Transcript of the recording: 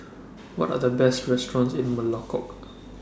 What Are The Best restaurants in Melekeok